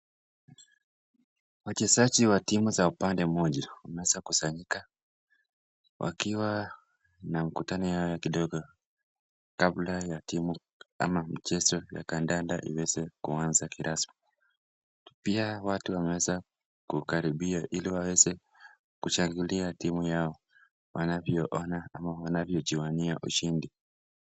Wachezaji wa timu za upande mmoja wameweza kusanyika wakiwa na mkutano yao kidogo kabla ya timu ama michezo ya kandanda iweze kuanza kirasmi pia watu wameweza kukaribia ili waweze kushangilia timu yao wanavyoona ama wanavyojionea ushindi.